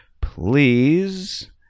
Please